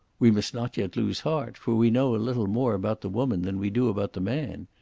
we must not yet lose heart, for we know a little more about the woman than we do about the man,